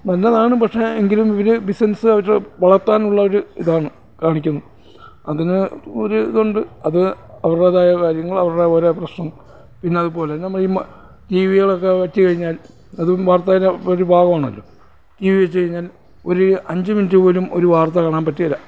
നല്ലതാണ് പക്ഷേ എങ്കിലും ഇവർ ബിസിനെസ്സ് അവരുടെ വളർത്താനുള്ള ഒരു ഇതാണ് കാണിക്കുന്നത് അതിന് ഒരു ഇതുണ്ട് അത് അവരുടേതായ കാര്യങ്ങൾ അവരുടേയോരോ പ്രശ്നം പിന്നെയതുപോലെ നമ്മൾ ഈ ടി വികളൊക്കെ വച്ചു കഴിഞ്ഞാൽ അതും വാർത്തേൻ്റെ ഒരു ഭാഗമാണല്ലോ ടി വി വെച്ചു കഴിഞ്ഞാൽ ഒരു അഞ്ച് മിനിറ്റുപോലും ഒരു വാർത്തകാണാൻ പറ്റില്ല